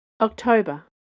October